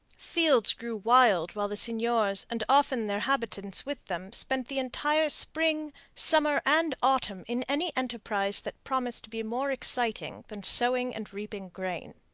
fields grew wild while the seigneurs, and often their habitants with them, spent the entire spring, summer, and autumn in any enterprise that promised to be more exciting than sowing and reaping grain.